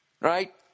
right